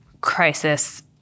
crisis